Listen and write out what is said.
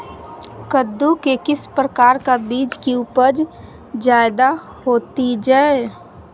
कददु के किस प्रकार का बीज की उपज जायदा होती जय?